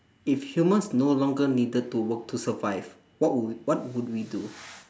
if humans no longer needed to work to survive what would what would we do